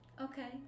Okay